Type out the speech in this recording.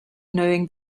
knowing